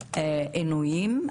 עינויים.